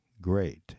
great